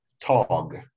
Tog